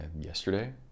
yesterday